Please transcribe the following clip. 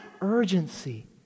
Urgency